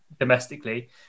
domestically